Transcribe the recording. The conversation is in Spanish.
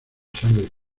sangre